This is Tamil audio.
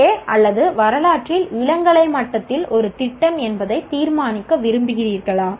ஏ அல்லது வரலாற்றில் இளங்கலை மட்டத்தில் ஒரு திட்டம் என்பதை தீர்மானிக்க விரும்புகிறீர்களா